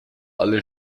alle